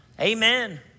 Amen